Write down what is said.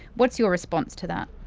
what's your response to that?